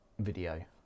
video